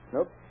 Nope